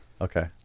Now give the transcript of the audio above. Okay